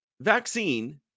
vaccine